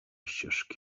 ścieżki